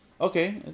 okay